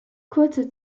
kurzer